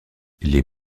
les